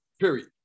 Period